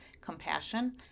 compassion